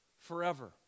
forever